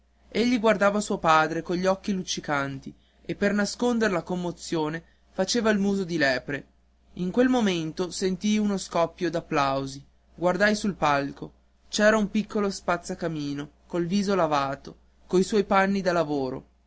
muratorino egli guardava sua padre cogli occhi luccicanti e per nasconder la commozione faceva il muso di lepre in quel momento sentii uno scoppio d'applausi guardai sul palco c'era un piccolo spazzacamino col viso lavato ma coi suoi panni da lavoro